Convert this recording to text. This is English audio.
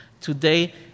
today